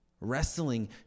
wrestling